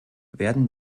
werden